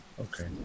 okay